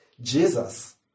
Jesus